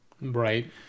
Right